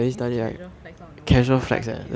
this casual flex out of nowhere I cannot take it